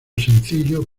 sencillo